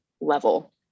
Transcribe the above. level